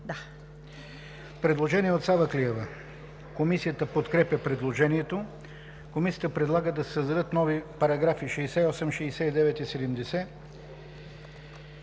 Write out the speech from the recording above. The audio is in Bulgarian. представители. Комисията подкрепя предложението. Комисията предлага да се създадат нови параграфи 68, 69 и 70: